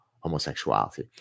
homosexuality